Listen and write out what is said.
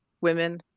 women